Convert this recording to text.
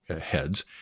heads